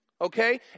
okay